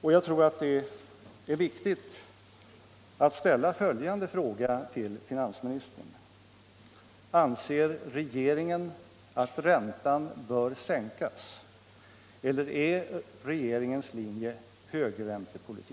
Jag tror att det är viktigt att ställa följande fråga till finansministern: Anser regeringen att räntan bör sänkas eller är regeringens linje högräntepolitik?